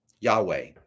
Yahweh